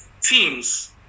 Teams